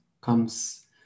comes